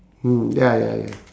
hmm ya ya ya